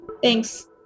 Thanks